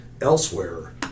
elsewhere